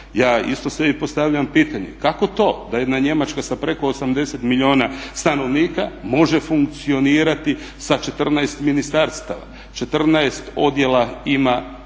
Ja isto sebi postavljam pitanje kako to da jedna Njemačka sa preko 80 milijuna stanovnika može funkcionirati sa 14 ministarstava? 14 odjela ima